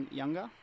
younger